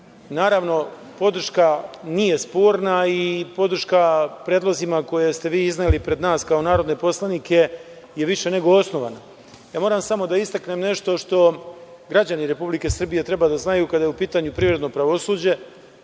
Naravno, podrška nije sporna i podrška predlozima koje ste vi izneli pred nas, kao narodne poslanike, je više nego osnovana. Moram samo da istaknem nešto što građani Republike Srbije treba da znaju kada je u pitanju privredno pravosuđe.